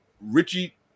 Richie